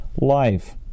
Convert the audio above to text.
life